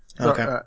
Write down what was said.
Okay